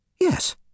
Yes